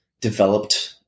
developed